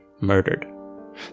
murdered